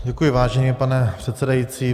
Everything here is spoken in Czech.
Děkuji, vážený pane předsedající.